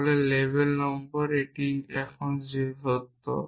তাহলে label number এটি এখন সত্য